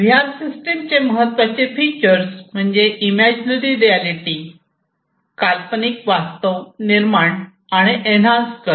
V R system चे महत्वाचे features म्हणजे इमेजनरी रियालिटी काल्पनिक वास्तव निर्माण आणि इनहांस करणे